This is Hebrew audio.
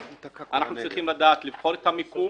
חודשיים?